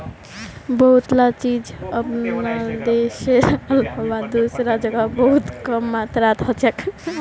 बहुतला चीज अपनार देशेर अलावा दूसरा जगह बहुत कम मात्रात हछेक